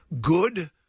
good